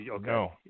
No